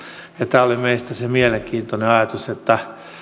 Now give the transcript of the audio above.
tämä oli meistä mielenkiintoinen ajatus jos